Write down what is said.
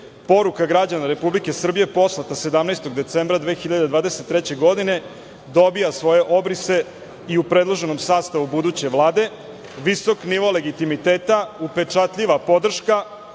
Poruka građana Republike Srbije poslata 17. decembra 2023. godine dobija svoje obrise i u predloženom sastavu buduće Vlade. Visok nivo legitimiteta, upečatljiva podrška